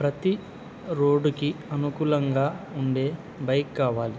ప్రతి రోడుకి అనుకూలంగా ఉండే బైక్ కావాలి